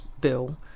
bill